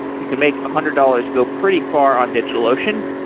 you can make hundred dollars go pretty far on digitalocean.